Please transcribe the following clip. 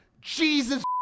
Jesus